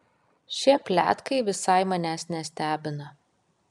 šie pletkai visai manęs nestebina